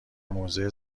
موضع